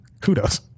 Kudos